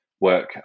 work